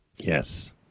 Yes